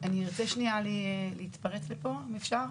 רם, אני רוצה שנייה להתפרץ לפה, אם אפשר.